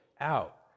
out